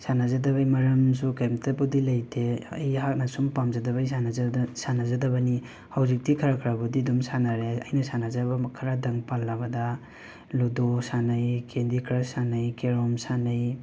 ꯁꯥꯟꯅꯖꯗꯕꯩ ꯃꯔꯝꯖꯨ ꯀꯩꯝꯇꯕꯨꯗꯤ ꯂꯩꯇꯦ ꯑꯩꯍꯥꯛꯅ ꯁꯨꯝ ꯄꯥꯝꯖꯗꯕꯩ ꯁꯥꯟꯅꯖꯗ ꯁꯥꯟꯅꯖꯗꯕꯅꯤ ꯍꯧꯖꯤꯛꯇꯤ ꯈꯔ ꯈꯔꯕꯨꯗꯤ ꯑꯗꯨꯝ ꯁꯥꯟꯅꯔꯦ ꯑꯩꯅ ꯁꯥꯟꯅꯖꯕ ꯃ ꯈꯔꯗꯪ ꯄꯜꯂꯕꯗ ꯂꯨꯗꯣ ꯁꯥꯟꯅꯩ ꯀꯦꯟꯗꯤ ꯀ꯭ꯔꯁ ꯁꯥꯟꯅꯩ ꯀꯦꯔꯣꯝ ꯁꯥꯟꯅꯩ